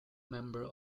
member